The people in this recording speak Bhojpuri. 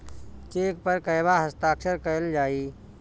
चेक पर कहवा हस्ताक्षर कैल जाइ?